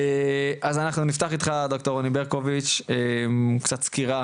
אז אנחנו נפתח איתך ד"ר רוני ברקוביץ, קצת סקירה